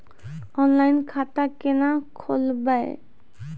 Online खाता केना खोलभैबै?